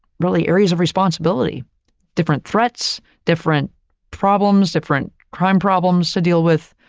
really areas of responsibility different threats, different problems, different crime problems to deal with.